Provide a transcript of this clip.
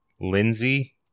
Lindsey